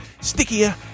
stickier